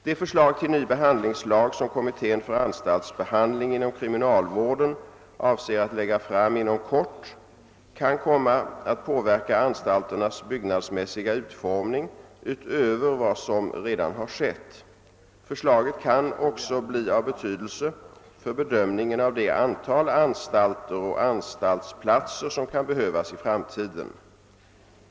Det förslag till ny behandlingslag som kommittén för anstaltsbehandling inom kriminalvården avser att lägga fram inom kort kan komma att påverka anstalternas byggnadsmässiga utformning utöver vad som redan har skett. Förslaget kan också bli av betydelse för bedömningen av det antal anstalter och anstaltsplatser som kan behövas i framtiden.